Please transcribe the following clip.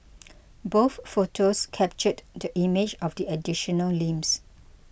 both photos captured the image of the additional limbs